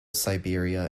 siberia